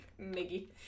Miggy